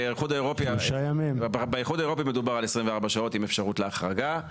באיחוד האירופי מדובר על 24 שעות עם אפשרות להחרגה.